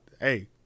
Hey